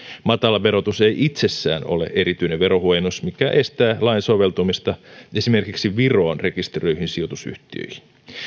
matala verotus ei itsessään ole erityinen verohuojennus mikä estää lain soveltumista esimerkiksi viroon rekisteröityihin sijoitusyhtiöihin